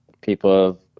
people